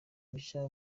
bushya